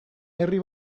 herri